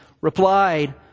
replied